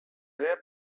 ere